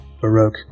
Baroque